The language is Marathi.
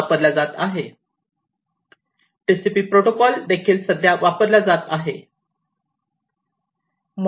TCP प्रोटोकॉल देखील सध्या वापरला जात आहे